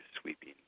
sweeping